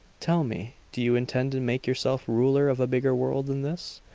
tell me do you intend to make yourself ruler of a bigger world than this?